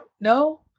no